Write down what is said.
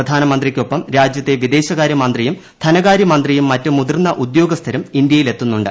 പ്രധാനമന്ത്രിക്കൊപ്പം രാജ്യത്തെ വിദേശകാര്യ മന്ത്രിയും ധനകാര്യമന്ത്രിയും മറ്റ് മുതിർന്ന ഉദ്യോഗസ്ഥരും ഇന്ത്യയിലെത്തുന്നുണ്ട്